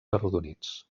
arrodonits